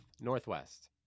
northwest